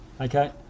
Okay